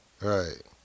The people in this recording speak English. Right